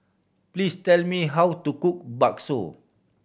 please tell me how to cook bakso